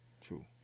True